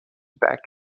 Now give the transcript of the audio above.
back